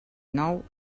nou